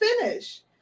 finish